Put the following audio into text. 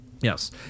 yes